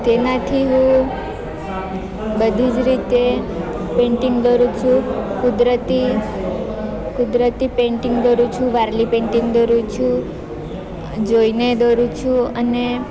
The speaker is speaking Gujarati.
તેનાથી હું બધી જ રીતે પેન્ટિંગ દોરું છું કુદરતી કુદરતી પેન્ટિંગ દોરું છું વાર્લી પેન્ટિંગ દોરું છું જોઈને દોરું છું અને